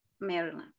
Maryland